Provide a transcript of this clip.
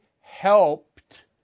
helped